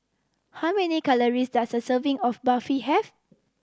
how many calories does a serving of Barfi have